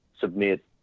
submit